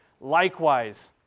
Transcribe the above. Likewise